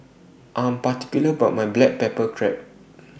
I'm particular about My Black Pepper Crab